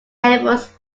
efforts